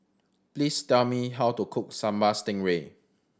please tell me how to cook Sambal Stingray